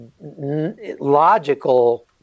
logical